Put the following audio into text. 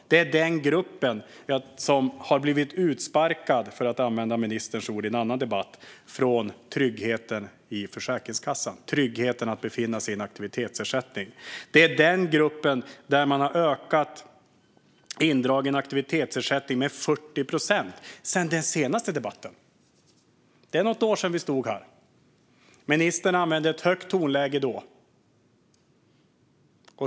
Den är den gruppen som har blivit utsparkad - för att använda ministerns ord i en annan debatt - från tryggheten i Försäkringskassan, tryggheten att befinna sig i en aktivitetsersättning. Den är den gruppen där man har ökat indragen aktivitetsersättning med 40 procent sedan den senaste debatten. Det är något år sedan vi stod här. Ministern använde då ett högt tonläge.